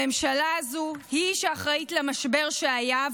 הממשלה הזו היא שאחראית למשבר שהיה,